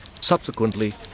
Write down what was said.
Subsequently